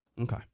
Okay